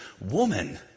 woman